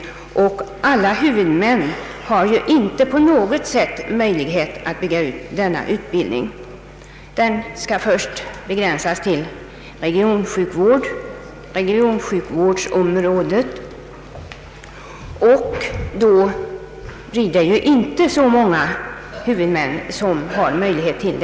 Det är inte alla huvudmän som har möjlighet att bygga ut denna utbildning. Den skall först begränsas till regionsjukhus och dess om råde, och då blir det inte så många huvudmän som har möjlighet härtill.